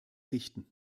richten